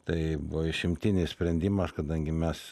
tai buvo išimtinis sprendimas kadangi mes